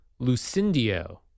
Lucindio